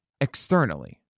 externally